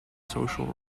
social